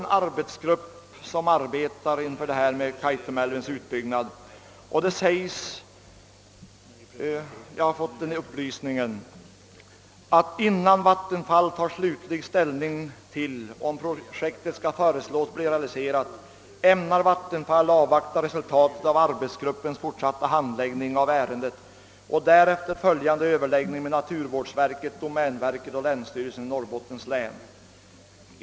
En arbetsgrupp har tillsatts och arbetar med planerna för Kaitumälvens utbyggnad, och det sägs — jag har fått den upplysningen — att »innan Vattenfall tar slutlig ställning till om projektet skall föreslås bli realiserat, ämnar Vattenfall avvakta resultatet av arbetsgruppens fortsatta handläggning av ärendet och därefter följande överläggning med naturvårdsverket, domänverket och länsstyrelsen i Västerbottens län».